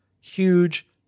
Huge